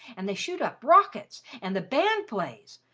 and they shoot up rockets, and the band plays!